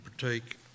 partake